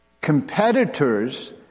competitors